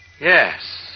Yes